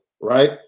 right